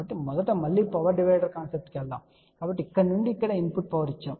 కాబట్టి మొదట మళ్ళీ పవర్ డివైడర్ కాన్సెప్ట్ కి వెళ్దాం కాబట్టి ఇక్కడ నుండి ఇక్కడ ఇన్పుట్ పవర్ ఇచ్చాము